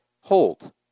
hold